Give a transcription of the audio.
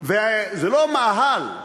וזה לא מאהל.